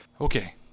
Okay